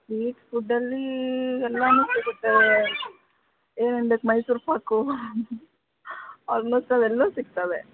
sweet ಫುಡ್ಡಲ್ಲಿ ಎಲ್ಲಾನು ಸಿಗುತ್ತೆ ಏನೇನು ಬೇಕು ಮೈಸೂರು ಪಾಕು ಆಲ್ಮೋಸ್ಟ್ ಅವೆಲ್ಲ ಸಿಗ್ತವೆ